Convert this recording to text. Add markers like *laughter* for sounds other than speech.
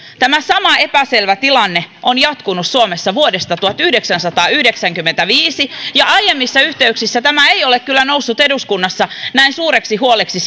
tämä sama epäselvä tilanne on jatkunut suomessa vuodesta tuhatyhdeksänsataayhdeksänkymmentäviisi ja aiemmissa yhteyksissä ei ole kyllä noussut eduskunnassa näin suureksi huoleksi *unintelligible*